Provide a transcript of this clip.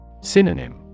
Synonym